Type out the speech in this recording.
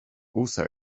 also